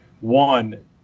one